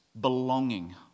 belonging